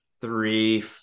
three